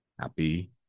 happy